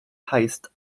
heißt